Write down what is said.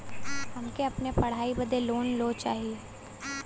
हमके अपने पढ़ाई बदे लोन लो चाही?